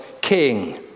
king